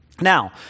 Now